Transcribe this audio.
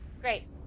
Great